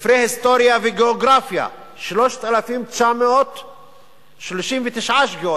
ספרי היסטוריה וגיאוגרפיה 3,939 שגיאות.